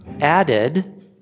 added